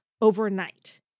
overnight